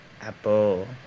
apple